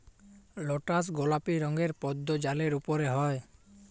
lotus গলাপি রঙের পদ্দ জালের উপরে হ্যয়